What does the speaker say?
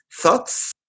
thoughts